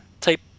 type